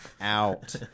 out